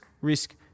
risk